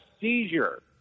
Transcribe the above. seizure